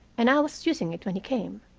and i was using it when he came.